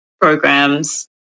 programs